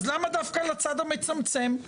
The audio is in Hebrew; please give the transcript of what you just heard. אז למה לצד המצמצם?